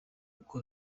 uko